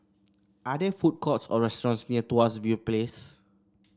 are there food courts or restaurants near Tuas View Place